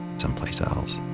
someplace else.